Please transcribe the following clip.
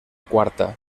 quarta